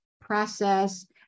process